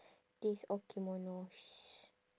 days of kimonos